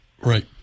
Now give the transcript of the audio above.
Right